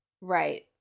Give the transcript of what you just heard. Right